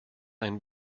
einen